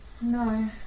No